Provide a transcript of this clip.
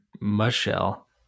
Michelle